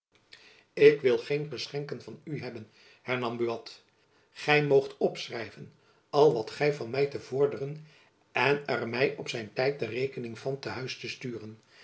ik wil geen geschenken van u hebben hernam buat gy moogt opschrijven al wat gy van my te vorderen hebt en er my op zijn tijd de rekening van t huis sturen